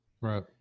Right